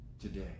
today